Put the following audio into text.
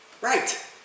right